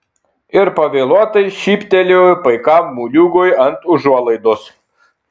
ir pavėluotai šyptelėjo paikam moliūgui ant užuolaidos